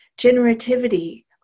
generativity